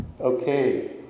Okay